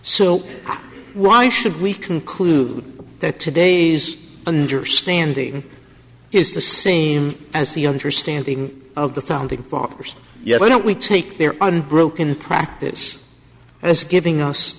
so why should we conclude that today's understanding is the same as the understanding of the founding fathers yet why don't we take their unbroken practice as giving us